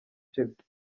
chelsea